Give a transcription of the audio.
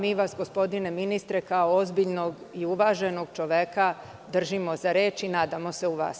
Mi vas, gospodine ministre, kao ozbiljnog i uvaženog čoveka držimo za reč i nadamo se u vas.